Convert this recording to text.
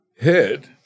head